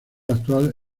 actual